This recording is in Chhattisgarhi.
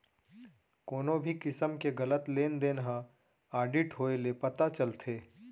कोनो भी किसम के गलत लेन देन ह आडिट होए ले पता चलथे